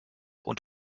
und